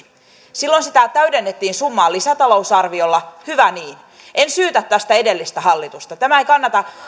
silloin sitä summaa täydennettiin lisätalousarviolla hyvä niin en syytä tästä edellistä hallitusta